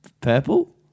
Purple